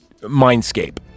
mindscape